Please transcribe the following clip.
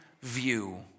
view